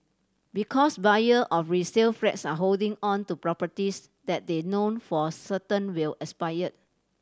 because buyer of resale flats are holding on to properties that they know for certain will expire